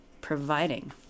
providing